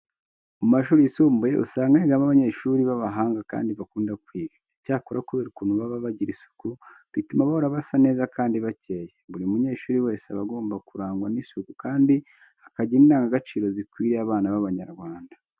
Mu mashuri yisumbuye usanga higamo abanyeshuri b'abahanga kandi bakunda kwiga. Icyakora kubera ukuntu baba bagira isuku bituma bahora basa neza kandi bakeye. Buri munyeshuri wese aba agomba kurangwa n'isuku kandi akagira indangagaciro zikwiriye abana b'Abanyarwanda.